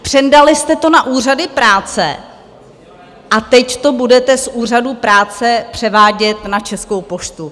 Přendali jste to na úřady práce a teď to budete z úřadů práce převádět na Českou poštu.